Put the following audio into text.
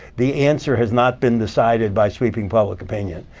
the answer has not been decided by sweeping public opinion.